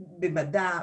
במדע,